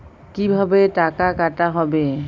কিভাবে টাকা কাটা হবে?